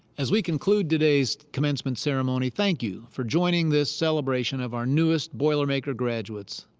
as we conclude today's commencement ceremony, thank you for joining this celebration of our newest boilermaker graduates.